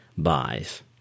buys